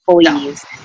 employees